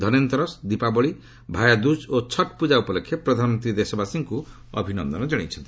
ଧନ୍ତେରସ୍ ଦୀପାବଳି ଭାୟାଦୁକ୍ ଓ ଛଟ୍ପୂଜା ଉପଲକ୍ଷେ ପ୍ରଧାନମନ୍ତ୍ରୀ ଦେଶବାସୀଙ୍କୁ ଅଭିନନ୍ଦନ ଜଣାଇଛନ୍ତି